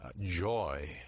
joy